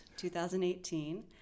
2018